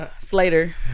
Slater